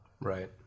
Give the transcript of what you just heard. Right